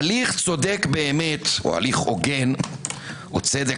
הליך הוגן או צדק,